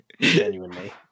genuinely